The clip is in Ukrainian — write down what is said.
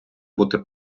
бути